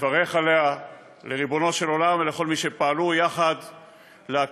לברך עליה לריבונו של עולם ולכל מי שפעלו יחד להקימה,